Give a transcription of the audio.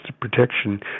protection